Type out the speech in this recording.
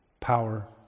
Power